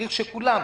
צריך שכולם,